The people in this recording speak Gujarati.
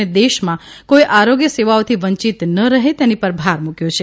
અને દેશમાં કોઇ આરોગ્ય સેવાઓથી વંચીત ન રહે તેની પર ભાર મૂક્યો છે